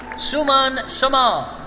suman samal.